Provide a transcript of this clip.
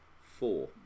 Four